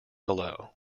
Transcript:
below